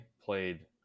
played